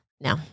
No